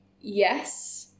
Yes